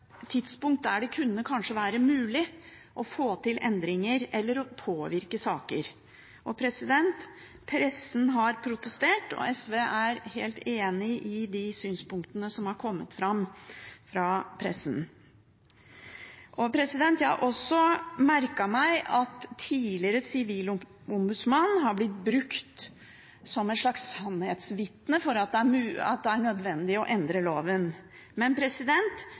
det kanskje kunne være mulig å få til endringer eller å påvirke saker. Pressen har protestert, og SV er helt enig i de synspunktene som har kommet fram fra pressen. Jeg har også merket meg at en tidligere sivilombudsmann har blitt brukt som et slags sannhetsvitne for at det er nødvendig å endre loven. Men det den tidligere sivilombudsmannen har bedt om, er